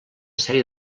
sèrie